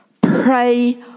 Pray